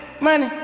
money